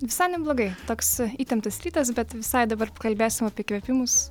visai neblogai toks įtemptas rytas bet visai dabar pakalbėsime apie įkvėpimus